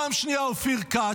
פעם שנייה אופיר כץ,